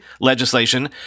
legislation